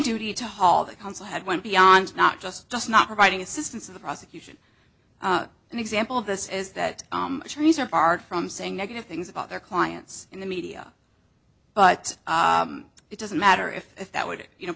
duty to haul the counsel had went beyond not just just not providing assistance to the prosecution an example of this is that chinese are barred from saying negative things about their clients in the media but it doesn't matter if that would you know